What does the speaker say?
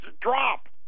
drop